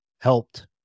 helped